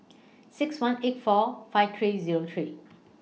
six one eight four five three Zero three